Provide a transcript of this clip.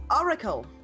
Oracle